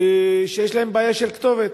שיש להם בעיה של כתובת.